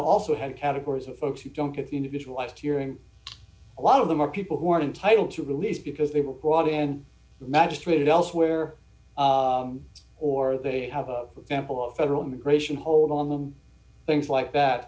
also had categories of folks who don't get the individual out of hearing a lot of them are people who are entitled to release because they were brought in and magistrate elsewhere or they have a temple of federal immigration hold on them things like that